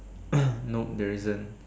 nope there isn't